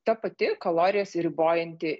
ta pati kalorijas ribojanti